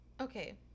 Okay